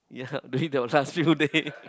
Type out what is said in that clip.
ya during your last few day